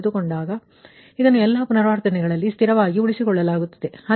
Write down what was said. ಇದನ್ನು ಎಲ್ಲಾ ಪುನರಾವರ್ತನೆಯಲ್ಲಿ ಸ್ಥಿರವಾಗಿ ಉಳಿಸಿಕೊಳ್ಳಲಾಗುತ್ತದೆ